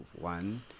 one